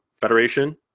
federation